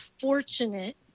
fortunate